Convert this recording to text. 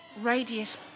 Radius